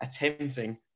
attempting